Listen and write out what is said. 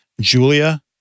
julia